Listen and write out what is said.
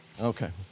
Okay